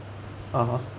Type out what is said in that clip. (uh huh)